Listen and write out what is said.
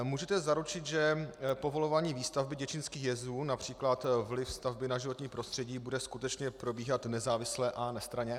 Můžete zaručit, že povolování výstavby děčínských jezů například vliv stavby na životní prostředí bude skutečně probíhat nezávisle a nestranně?